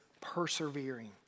persevering